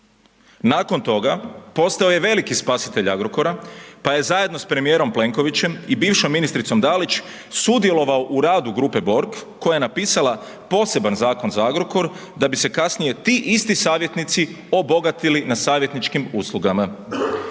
Nakon toga postao je veliki spasitelj Agrokora, pa je zajedno s premijerom Plenkovićem i bivšom ministricom Dalić sudjelovao u radu grupe Borg koja je napisala poseban zakon za Agrokor da bi se kasnije ti isti savjetnici obogatili na savjetničkim uslugama.